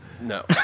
No